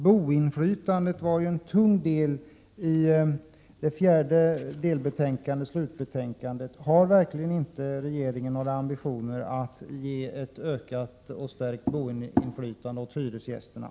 Boendeinflytandet var ju en tung del i slutbetänkandet. Jag undrar därför om regeringen verkligen inte har några ambitioner när det gäller att öka och stärka hyresgästernas boendeinflytande.